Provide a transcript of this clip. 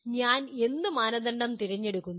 ഞാൻ എന്ത് മാനദണ്ഡം തിരഞ്ഞെടുക്കുന്നു